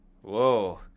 Whoa